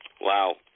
Wow